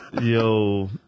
Yo